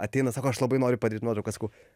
ateina sako aš labai noriu padaryt nuotrauką sakau